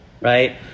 right